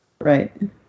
Right